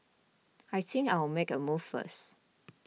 I think I'll make a move first